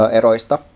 eroista